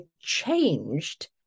changed